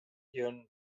ihren